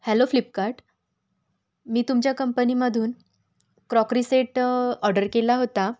hello Flipkart मी तुमच्या कंपनीमधून क्रॉकरी सेट ऑर्डर केला होता